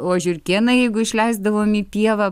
o žiurkėnai jeigu išleisdavom į pievą